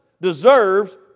deserves